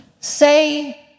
Say